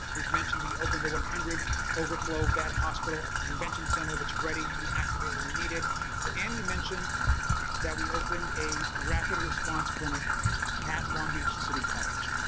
we've mentioned we opened the one hundred overflow bed hospital at the convention center that's ready to be activated when needed and we mentioned that we opened a rapid-response clinic at long beach city college.